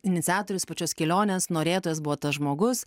iniciatorius pačios kelionės norėtojas buvo tas žmogus